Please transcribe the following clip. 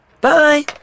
Bye